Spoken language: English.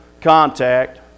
contact